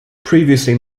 previously